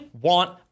want